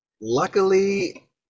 Luckily